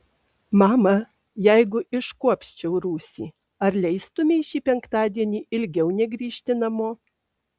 mama jeigu iškuopčiau rūsį ar leistumei šį penktadienį ilgiau negrįžti namo